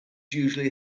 usually